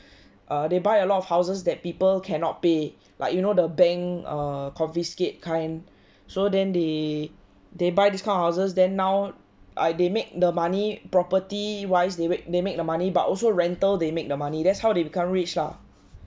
err they buy a lot of houses that people cannot pay like you know the bank err confiscate kind so then they they buy this kind of houses then now uh they make the money property wise they wake they make the money but also rental they make the money that's how they become rich lah